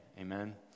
Amen